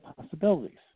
possibilities